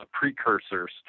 precursors